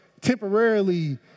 temporarily